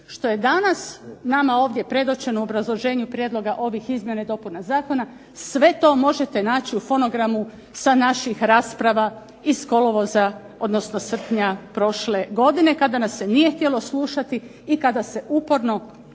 što je danas nama ovdje predočeno u obrazloženju prijedloga ovih izmjena i dopuna zakona, sve to možete naći u fonogramu sa naših rasprava iz kolovoza, odnosno srpnja prošle godine, kada nas se nije htjelo slušati i kada se uporno